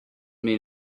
mean